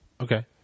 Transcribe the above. Okay